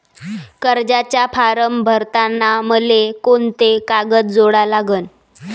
कर्जाचा फारम भरताना मले कोंते कागद जोडा लागन?